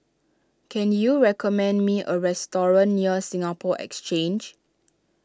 can you recommend me a restaurant near Singapore Exchange